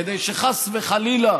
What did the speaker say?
כדי שחס וחלילה